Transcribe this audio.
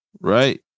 right